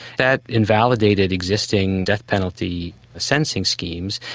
that invalidated existing death penalty sentencing schemes,